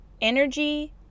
energy